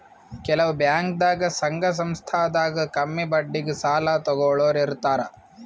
ಕೆಲವ್ ಬ್ಯಾಂಕ್ದಾಗ್ ಸಂಘ ಸಂಸ್ಥಾದಾಗ್ ಕಮ್ಮಿ ಬಡ್ಡಿಗ್ ಸಾಲ ತಗೋಳೋರ್ ಇರ್ತಾರ